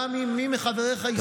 גם אם מי מחבריך יסנוט בך.